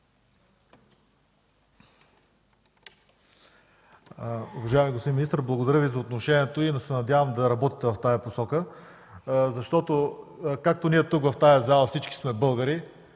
благодаря Ви за отношението. Надявам се да работите в тази посока, защото както ние тук в тази зала всички сме българи,